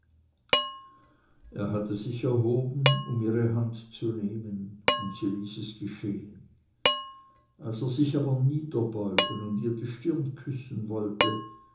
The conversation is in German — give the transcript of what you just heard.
er hatte sich erhoben um ihre hand zu nehmen und sie ließ es geschehen als er sich aber niederbeugen und ihr die stirn küssen wollte